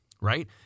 right